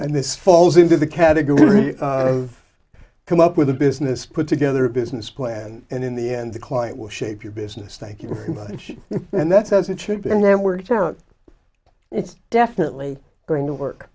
and this falls into the category of come up with a business put together a business plan and in the end the client will shape your business thank you very much and that's as it should be and then words aren't it's definitely going to work